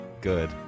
good